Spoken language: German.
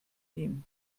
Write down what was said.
ihm